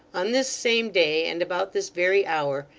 on this same day, and about this very hour,